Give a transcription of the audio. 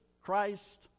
Christ